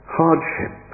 hardship